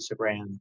Instagram